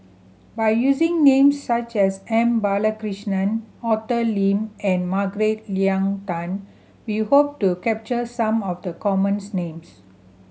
by using names such as M Balakrishnan Arthur Lim and Margaret Leng Tan we hope to capture some of the commons names